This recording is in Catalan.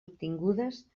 obtingudes